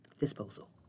disposal